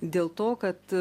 dėl to kad